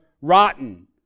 rotten